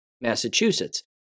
Massachusetts